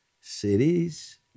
cities